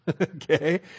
Okay